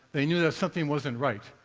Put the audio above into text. they knew that something wasn't right,